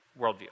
worldview